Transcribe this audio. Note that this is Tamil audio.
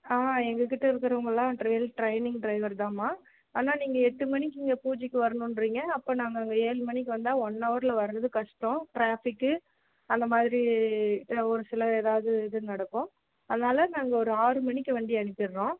ஆ எங்கக்கிட்டே இருக்கிறவங்கள்லாம் வெல் ட்ரைனிங் ட்ரைவர் தான்ம்மா ஆனால் நீங்கள் எட்டு மணிக்கு இங்கே பூஜைக்கு வரணும்ன்றிங்க அப்போ நாங்கள் ஏழு மணிக்கு வந்தால் ஒன் ஹவர்ல வர்றது கஷ்டம் ட்ராஃபிக்கு அந்தமாதிரி ஒரு சில எதாவது இது நடக்கும் அதனால நாங்கள் ஒரு ஆறு மணிக்கு வண்டியை அனுப்பிடுறோம்